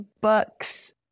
books